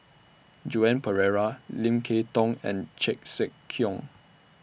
Joan Pereira Lim Kay Tong and Chan Sek Keong